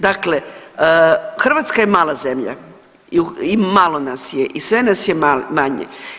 Dakle, Hrvatska je mala zemlja i malo nas je i sve nas je manje.